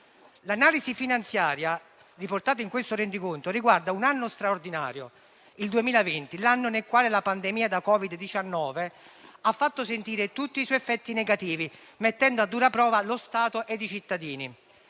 L'analisi finanziaria riportata in questo rendiconto riguarda un anno straordinario, il 2020, l'anno nel quale la pandemia da Covid-19 ha fatto sentire tutti i suoi effetti negativi, mettendo a dura prova lo Stato ed i cittadini.